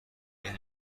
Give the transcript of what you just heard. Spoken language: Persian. این